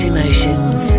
Emotions